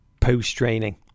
post-training